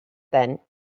then